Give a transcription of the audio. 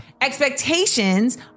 Expectations